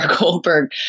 Goldberg